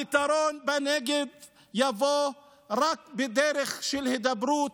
הפתרון בנגב יבוא רק בדרך של הידברות,